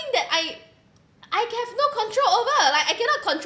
that I I have no control over like I cannot control